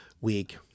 week